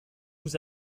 vous